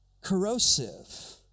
corrosive